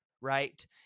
right